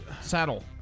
Saddle